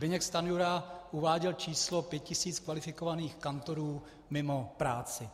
Zbyněk Stanjura uváděl číslo 5000 kvalifikovaných kantorů mimo práci.